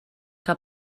que